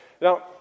Now